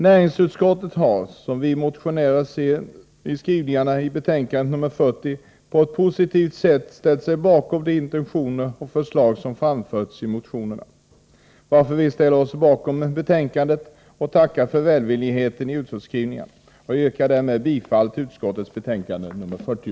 Näringsutskottet har, som vi motionärer ser skrivningarna i betänkande 40, på ett positivt sätt anslutit sig till de intentioner och förslag som framförts i motionerna, varför vi ställer oss bakom betänkandet och tackar för välvilligheten i utskottsskrivningen. Jag yrkar därmed bifall till hemställan i utskottets betänkande 40.